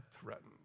threatened